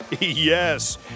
Yes